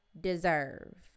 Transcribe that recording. deserve